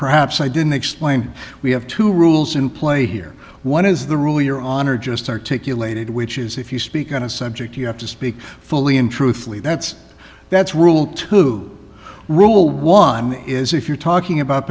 perhaps i didn't explain we have two rules in play here what is the rule your honor just articulated which is if you speak on a subject you have to speak fully and truthfully that's that's rule two rule one is if you're talking about